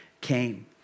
came